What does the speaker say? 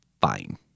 fine